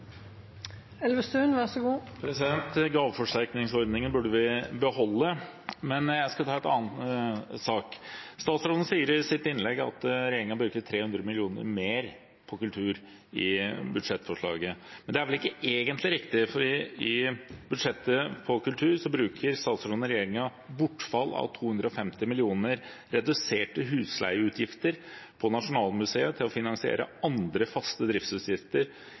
burde vi beholde, men jeg skal ta en annen sak. Statsråden sier i sitt innlegg at regjeringen bruker 300 mill. kr mer på kultur i budsjettforslaget. Men det er vel egentlig ikke riktig, for i budsjettet for kultur bruker statsråden og regjeringen bortfall av 250 mill. kr i reduserte husleieutgifter på Nasjonalmuseet til å finansiere andre faste driftsutgifter